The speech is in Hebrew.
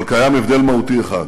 אבל קיים הבדל מהותי אחד: